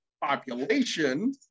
population